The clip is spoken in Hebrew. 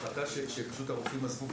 ההחלטה היא שפשוט הרופאים עזבו.